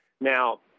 Now